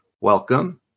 Welcome